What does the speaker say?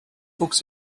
wuchs